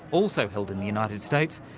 also held in the united states,